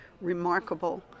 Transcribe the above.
remarkable